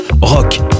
Rock